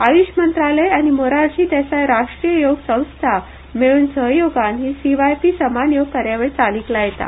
आयुश मंत्रालय आनी मोरारजी देसाय राष्ट्रीय योग संस्था मेळून सहयोगान ही सीव्हायपी समान योग कार्यावळ चालीक लायतात